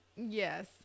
Yes